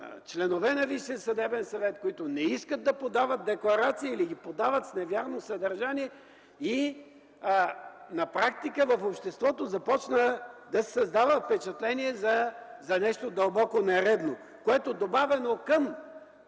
членове на Висшия съдебен съвет, които не искат да подават декларации или ги подават с невярно съдържание и на практика в обществото започна да се създава впечатление за нещо дълбоко нередно, което, добавено към